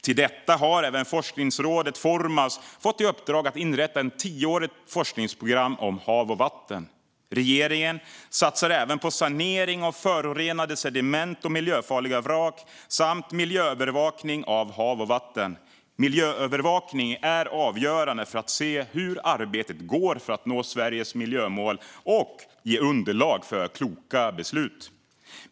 Till detta har forskningsrådet Formas fått i uppdrag att inrätta ett tioårigt forskningsprogram om hav och vatten. Regeringen satsar även på sanering av förorenade sediment och miljöfarliga vrak samt miljöövervakning av hav och vatten. Miljöövervakning är avgörande för att se hur arbetet med att nå Sveriges miljömål går och ge underlag för kloka beslut.